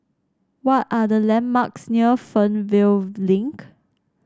what are the landmarks near Fernvale Link